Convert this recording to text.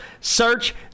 search